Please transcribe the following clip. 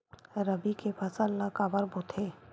रबी के फसल ला काबर बोथे?